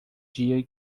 dia